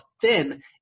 thin